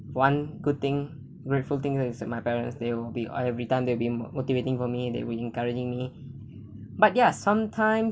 one good thing grateful thing is that my parents they will be every time they will be motivating for me and they would encouraging me but there are some time